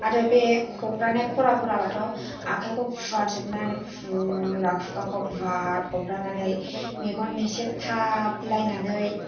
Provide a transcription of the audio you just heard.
आरो बे हब्रानाय खरा खरा बाथ' आखायखौ फुवार जोबनानै फुरा खुगाखौ गुवार हब्रानानै मेगन मोसेबथाब लायनानै